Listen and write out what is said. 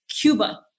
Cuba